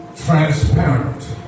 transparent